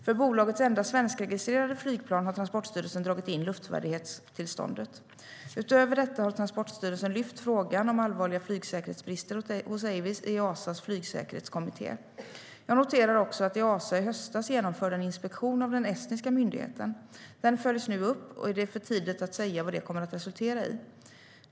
För bolagets enda svenskregistrerade flygplan har Transportstyrelsen dragit in luftvärdighetstillståndet. Utöver detta har Transportstyrelsen lyft frågan om allvarliga flygsäkerhetsbrister hos Avies i Easas flygsäkerhetskommitté. Jag noterar också att Easa i höstas genomförde en inspektion av den estniska myndigheten. Den följs nu upp och det är för tidigt att säga vad det kommer att resultera i.